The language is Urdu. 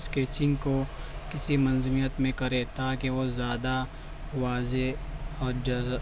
اسکیچنگ کو کسی منظمیت میں کرے تاکہ وہ زیادہ واضح اور جزا